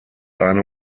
eine